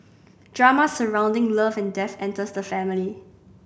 drama surrounding love and death enters the family